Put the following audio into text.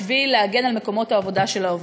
בשביל להגן על מקומות העבודה של העובדים.